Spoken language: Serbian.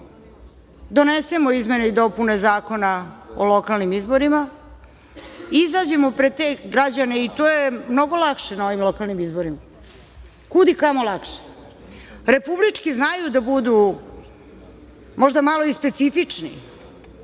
donesemo izmene i dopune Zakona o lokalnim izborima, izađemo pred te građane, i to je mnogo lakše na ovim lokalnim izborima, kudikamo lakše. Republički znaju da budu možda malo i specifični,